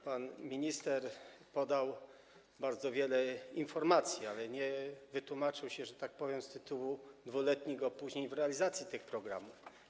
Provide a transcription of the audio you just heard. Pan minister podał bardzo wiele informacji, ale nie wytłumaczył się, że tak powiem, z tytułu 2-letnich opóźnień w realizacji tych programów.